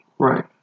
Right